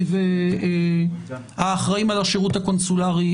האחראים על השירות הקונסולרי,